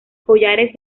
collares